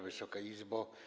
Wysoka Izbo!